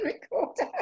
recorder